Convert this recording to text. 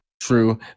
True